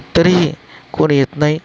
तरी कोणी येत नाही